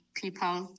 people